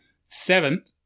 seventh